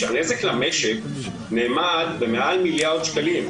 כשהנזק למשק נאמד במעל מיליון שקלים.